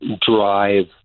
drive